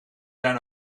zijn